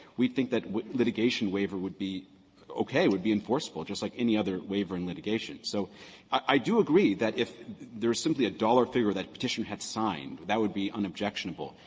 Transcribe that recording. we think that litigation waiver would be okay, would be enforceable, just like any other waiver in litigation. so i do agree that if there's simply a dollar figure that petitioner had signed, that would be unobjectionable.